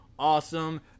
awesome